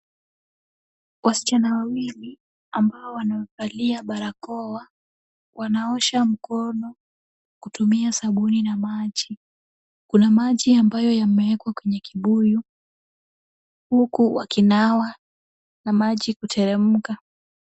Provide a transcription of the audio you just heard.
Wasichana wawili ambao wamevalia barakoa, wanaosha mkono kutumia sabuni na maji. Kuna maji ambayo yamewekwa kwenye kibuyu, huku wakinawa na maji kuteremka.